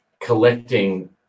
collecting